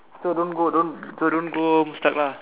so don't go don't so don't go Mustafa